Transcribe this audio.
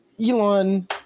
Elon